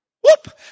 Whoop